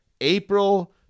April